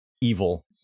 evil